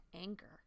anger